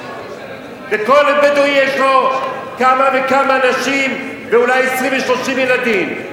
וכל בדואי יש לו כמה וכמה נשים ואולי 20 ו-30 ילדים,